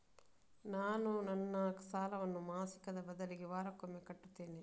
ನಾನು ನನ್ನ ಸಾಲವನ್ನು ಮಾಸಿಕದ ಬದಲಿಗೆ ವಾರಕ್ಕೊಮ್ಮೆ ಕಟ್ಟುತ್ತೇನೆ